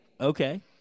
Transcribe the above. okay